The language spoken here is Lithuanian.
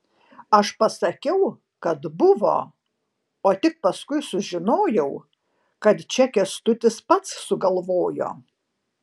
aš pasakiau kad buvo o tik paskui sužinojau kad čia kęstutis pats sugalvojo